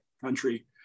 country